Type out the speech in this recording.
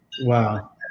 Wow